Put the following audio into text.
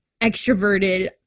extroverted